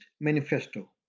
Manifesto